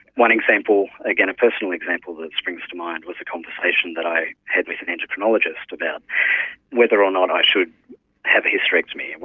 one example, again a personal example that springs to mind was a conversation that i had with an endocrinologist about whether or not i should have a hysterectomy.